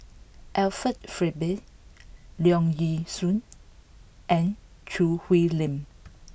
Alfred Frisby Leong Yee Soo and Choo Hwee Lim